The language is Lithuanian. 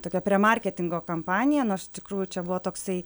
tokia premarketingo kampanija norš tikrųjų čia buvo toksai